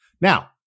Now